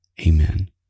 Amen